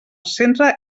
centre